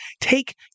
take